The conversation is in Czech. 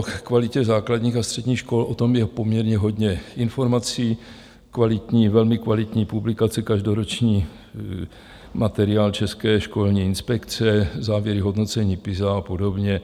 O kvalitě základních a středních škol, o tom je poměrně hodně informací kvalitní, velmi kvalitní publikace, každoroční materiál České školní inspekce, závěry hodnocení PISA a podobně.